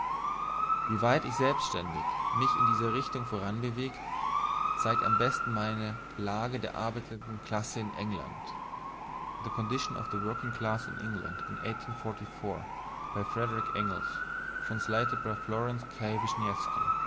genähert wieweit ich selbständig mich in dieser richtung voranbewegt zeigt am besten meine lage der arbeitenden klasse in england the condition of the working class in england in